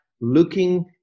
looking